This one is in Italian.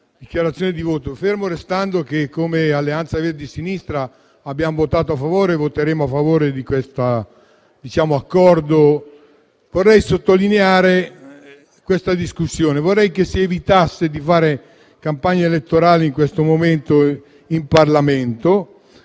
dichiarazione di voto. Fermo restando che come Alleanza Verdi e Sinistra abbiamo votato a favore e voteremo a favore dell'Accordo in esame, vorrei che si evitasse di fare campagne elettorali in questo momento in Parlamento.